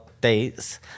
dates